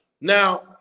Now